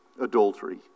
adultery